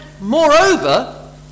moreover